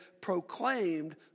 proclaimed